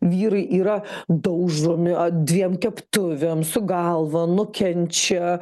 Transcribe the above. vyrai yra daužomi a dviem keptuvėm su galva nukenčia